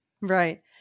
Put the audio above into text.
right